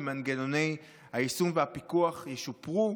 ומנגנוני היישום והפיקוח ישופרו.